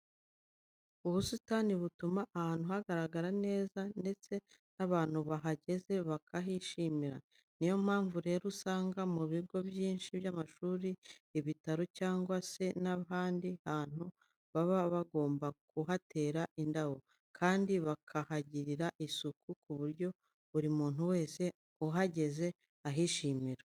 Ubusitani butuma ahantu hagaragara neza ndetse n'abantu bahageze bakahishimira. Niyo mpamvu rero usanga mu bigo byinshi by'amashuri, ibitaro cyangwa se n'ahandi hantu baba bagomba kuhatera indabo, kandi bakahagirira isuku ku buryo buri muntu wese uhageze ahishimira.